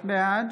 בעד